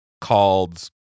called